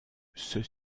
ceux